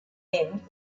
end